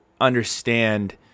understand